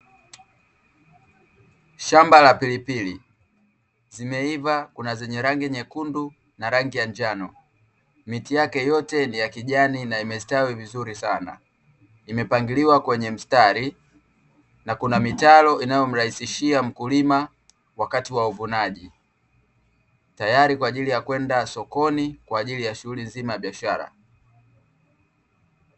Shamba la pilipili, zimeiva, kuna zenye rangi nyekundu na rangi ya njano. Miti yake yote ni ya kijani na imestawi vizuri sana, imepangiliwa kwenye mstari, na kuna mitaro inayomrahisishia mkulima wakati wa uvunaji. Tayari kwa ajili ya kwenda sokoni kwa ajili ya shughuli nzima ya biashara.